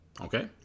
Okay